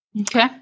Okay